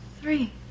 three